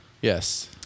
yes